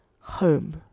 Home